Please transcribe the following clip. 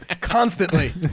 constantly